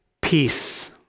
Peace